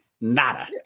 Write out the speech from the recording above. Nada